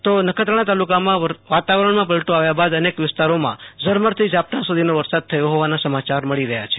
તો નખત્રાણા તાલુકામાં વાતાવરણમાં પલટો આવ્યા બાદ અનેક વિસ્તારોમાં ઝરમરથી ઝાંપટા સધોનો વરસાદ થયો હોવાના સમાચાર મળી રહયા છે